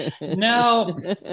No